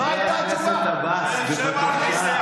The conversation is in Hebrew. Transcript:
חבר הכנסת עבאס, בבקשה.